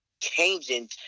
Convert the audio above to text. changing